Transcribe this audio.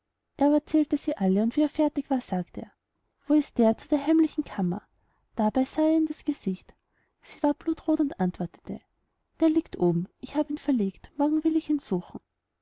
er aber zählte sie alle und wie er fertig war sagte er wo ist der zu der heimlichen kammer dabei sah er ihr in das gesicht sie ward blutroth und antwortete er liegt oben ich habe ihn verlegt morgen will ich ihn suchen